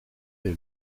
est